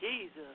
Jesus